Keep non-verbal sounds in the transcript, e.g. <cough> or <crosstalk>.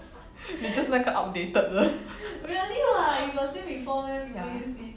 你就是那个 outdated 的 <laughs> ya